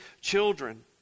children